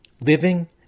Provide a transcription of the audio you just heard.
living